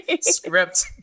script